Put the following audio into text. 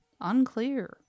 unclear